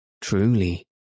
Truly